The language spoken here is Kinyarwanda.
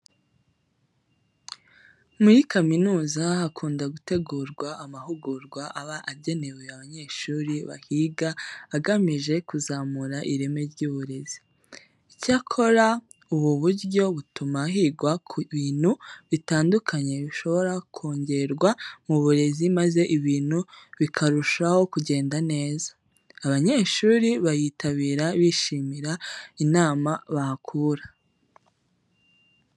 Muri kaminuza hakunda gutegurwa amahugurwa aba agenewe abanyeshuri bahiga agamije kuzamura ireme ry'uburezi. Icyakora, ubu buryo butuma higwa ku bintu bitandukanye bishobora kongerwa mu burezi maze ibintu bikarushaho kugenda neza. Abanyeshuri bayitabira bishimira inama bahakura.